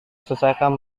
selesaikan